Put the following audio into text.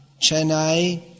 Chennai